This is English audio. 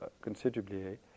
considerably